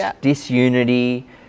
disunity